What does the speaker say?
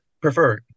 prefer